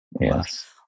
Yes